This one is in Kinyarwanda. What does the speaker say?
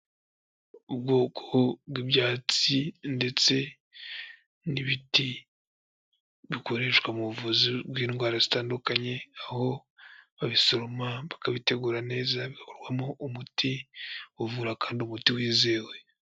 Ubwoko bw'ibyatsi ndetse n'ibiti bikoreshwa mu buvuzi bw'indwara zitandukanye, aho babisoroma bakabitegura neza bigakorwamo umuti uvura kandi umuti wizewe.